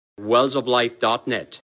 wellsoflife.net